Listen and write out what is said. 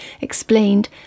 explained